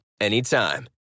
anytime